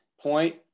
point